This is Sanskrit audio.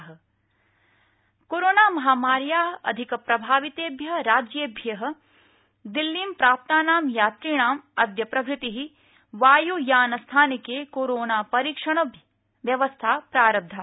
एयरपोर्ट् परीक्षणम् कोरोनामहामार्याः अधिकप्रभावितेभ्यः राज्येभ्य दिल्ली प्राप्तानां यात्रिणाम् अद्य प्रभृति वायुयानस्थानके कोरोनापरीक्षणव्यवस्था प्रारब्धा